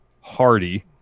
Hardy